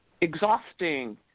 exhausting